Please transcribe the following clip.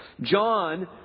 John